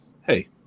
hey